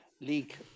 League